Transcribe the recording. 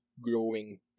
growing